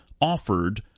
offered